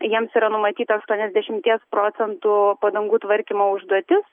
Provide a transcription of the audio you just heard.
jiems yra numatyta aštuoniasdešimties procentų padangų tvarkymo užduotis